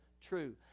true